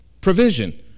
Provision